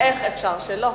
איך אפשר שלא?